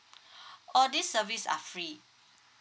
all this service are free